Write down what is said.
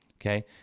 okay